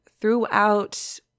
throughout